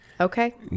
Okay